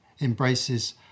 embraces